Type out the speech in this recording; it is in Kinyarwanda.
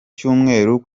cyumweru